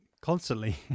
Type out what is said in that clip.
constantly